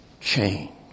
change